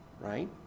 right